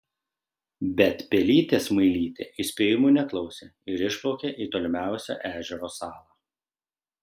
bet pelytė smailytė įspėjimų neklausė ir išplaukė į tolimiausią ežero salą